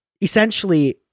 essentially